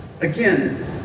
Again